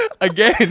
Again